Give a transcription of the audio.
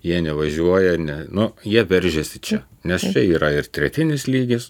jie nevažiuoja ne nu jie veržiasi čia nes čia yra ir tretinis lygis